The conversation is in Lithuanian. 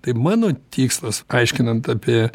tai mano tikslas aiškinant apie